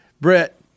Brett